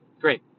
great